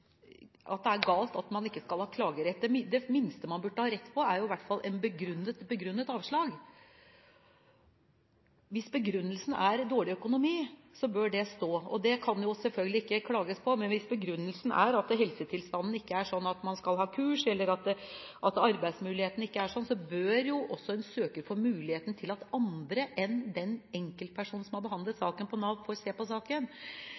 i hvert fall et begrunnet avslag. Hvis begrunnelsen er dårlig økonomi, bør det stå – det kan selvfølgelig ikke klages på – men hvis begrunnelsen er at helsetilstanden ikke er slik at man skal ha kurs, eller at man ikke har arbeidsmulighet, bør det være mulig for en søker at andre enn den enkeltpersonen i Nav som har behandlet saken, får se på